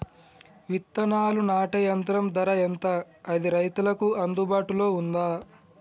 విత్తనాలు నాటే యంత్రం ధర ఎంత అది రైతులకు అందుబాటులో ఉందా?